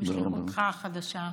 בשליחותך החדשה.